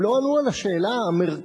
הם לא ענו על השאלה המרכזית: